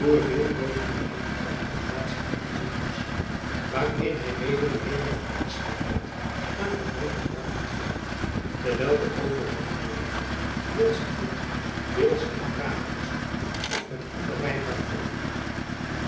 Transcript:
bood nu aan buat een plaats aan in zijn koets waarin hy mede de heeren van espenblad en van montpouillan ontfing terwijl de overige genoodigden deels te voet deels in draagkoetsen of met ander rijtuig volgden